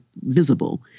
visible